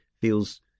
feels